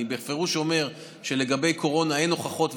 אני בפירוש אומר שלגבי קורונה אין הוכחות,